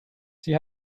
sie